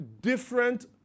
different